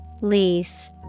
lease